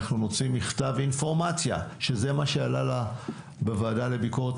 נוציא מכתב אינפורמציה שזה מה שעלה בוועדה לביקורת